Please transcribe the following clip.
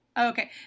Okay